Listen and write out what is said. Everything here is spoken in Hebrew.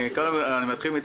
על